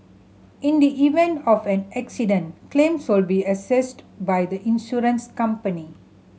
in the event of an accident claims will be assessed by the insurance company